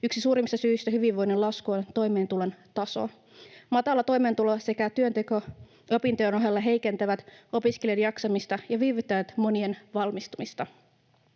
Yksi suurimmista syistä hyvinvoinnin laskulle on toimeentulon taso. Matala toimeentulo sekä työnteko opintojen ohella heikentävät opiskelijoiden jaksamista ja viivyttävät monien valmistumista.